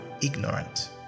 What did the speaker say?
ignorant